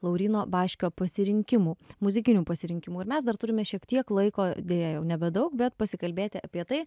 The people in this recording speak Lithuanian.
lauryno baškio pasirinkimų muzikinių pasirinkimų ir mes dar turime šiek tiek laiko deja jau nebedaug bet pasikalbėti apie tai